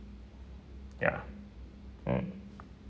ya mm